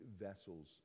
vessels